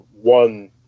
one